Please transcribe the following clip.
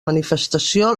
manifestació